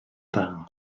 dda